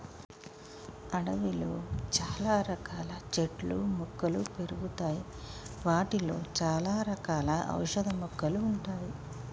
అడవిలో చాల రకాల చెట్లు మొక్కలు పెరుగుతాయి వాటిలో చాల రకాల ఔషధ మొక్కలు ఉంటాయి